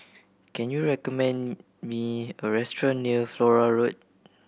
can you recommend me a restaurant near Flora Road